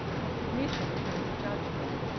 her submission to his judgement.